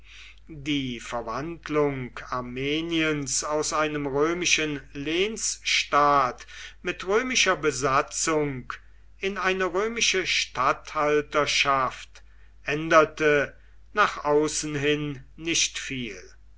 die verwandlung armeniens aus einem römischen lehnsstaat mit römischer besatzung in eine römische statthalterschaft änderte nach außen hin nicht viel